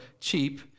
cheap